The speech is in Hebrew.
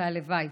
והלוואי